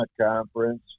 Conference